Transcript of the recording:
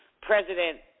President